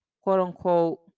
quote-unquote